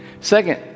Second